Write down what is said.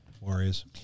Warriors